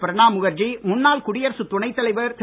பிரணாப் முகர்ஜி முன்னாள் குடியரசுத் துணைத் தலைவர் திரு